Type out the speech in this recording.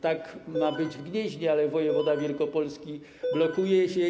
Tak ma być w Gnieźnie, ale wojewoda wielkopolski blokuje się.